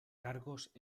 cargos